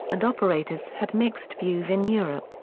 and operators had mixed views in europe.